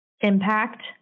impact